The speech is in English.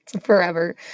Forever